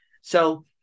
so-